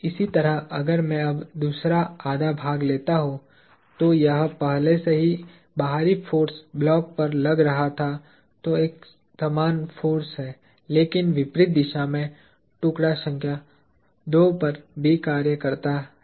इसी तरह अगर मैं अब दूसरा आधा भाग लेता हूं तो यह पहले से ही बाहरी फोर्स ब्लॉक पर लग रहा था तो एक समान फोर्स है लेकिन विपरीत दिशा में टुकड़ा संख्या II पर भी कार्य करता है